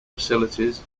facilities